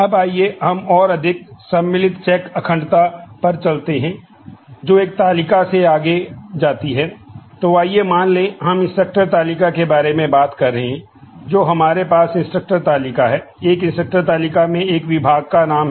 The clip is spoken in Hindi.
अब आइए हम अधिक सम्मिलित चेक अखंडता तालिका में एक विभाग का नाम है